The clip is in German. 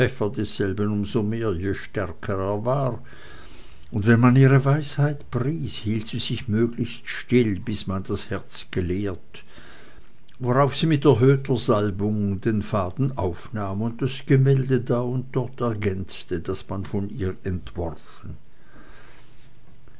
um so mehr je stärker er war und wenn man ihre weisheit pries hielt sie sich möglichst still bis man das herz geleert worauf sie mit erhöhter salbung den faden aufnahm und das gemälde da und dort ergänzte das man von ihr entworfen